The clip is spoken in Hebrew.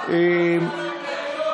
מחדש.